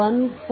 84 145